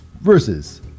versus